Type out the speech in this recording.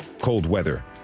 cold-weather